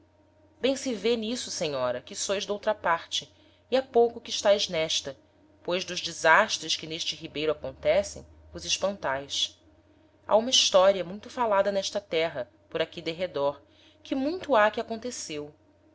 bem se vê n'isso senhora que sois d'outra parte e ha pouco que estaes n'esta pois dos desastres que n'este ribeiro acontecem vos espantaes ha uma historia muito falada n'esta terra por aqui derredor que muito ha que aconteceu